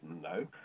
No